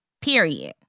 Period